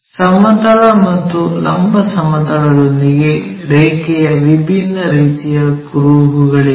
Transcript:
ಸಮತಲ ಮತ್ತು ಲಂಬ ಸಮತಲದೊಂದಿಗೆ ರೇಖೆಯ ವಿಭಿನ್ನ ರೀತಿಯ ಕುರುಹುಗಳಿವೆ